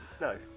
No